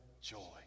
joy